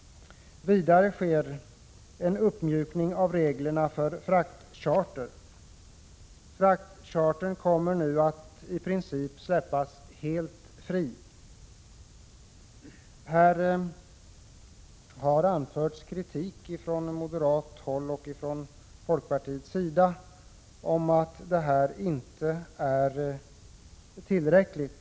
Vidare sker en uppmjukning av reglerna för fraktcharter. Fraktchartern kommer nu att i princip släppas helt fri. Här har anförts kritik från moderaterna och folkpartiet för att detta inte är tillräckligt.